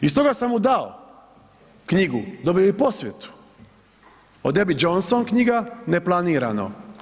I stoga sam mu dao knjigu, dobio je i posvetu od Abby Johnson knjiga, „Neplanirano“